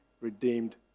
redeemed